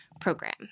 program